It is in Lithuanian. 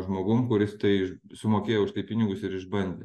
žmogum kuris tai sumokėjo už tai pinigus ir išbandė